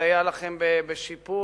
נסייע לכם בשיפוץ